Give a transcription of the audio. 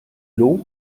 lot